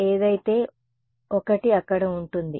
sx ఏదైతే ఒకటి అక్కడ ఉంటుంది